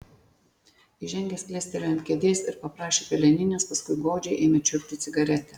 įžengęs klestelėjo ant kėdės ir paprašė peleninės paskui godžiai ėmė čiulpti cigaretę